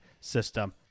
system